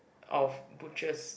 of butchers